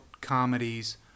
comedies